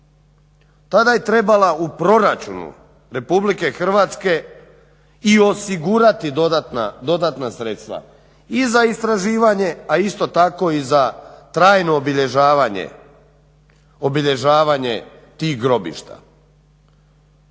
tada je trebala u proračunu Republike Hrvatske i osigurati dodatna sredstva i za istraživanje, a isto tako i za trajno obilježavanje tih grobišta